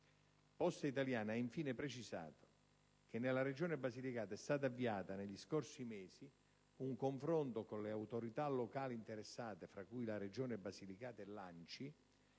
Poste italiane ha, infine, precisato che nella Regione Basilicata è stato avviato, negli scorsi mesi, un confronto con le autorità locali interessate, fra cui la Regione Basilicata e l'ANCI,